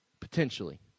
Potentially